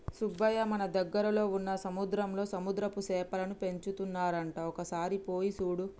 సుబ్బయ్య మన దగ్గరలో వున్న సముద్రంలో సముద్రపు సేపలను పెంచుతున్నారంట ఒక సారి పోయి సూడు